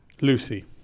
Lucy